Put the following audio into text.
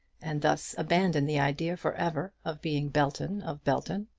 and thus abandon the idea for ever of being belton of belton!